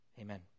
amen